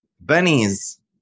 bunnies